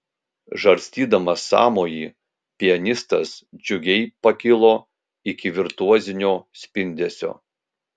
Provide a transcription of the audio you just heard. žarstydamas sąmojį pianistas džiugiai pakilo iki virtuozinio spindesio